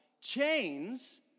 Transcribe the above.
chains